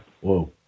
Whoa